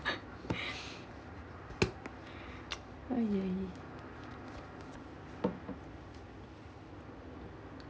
!aiyo!